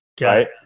right